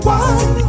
one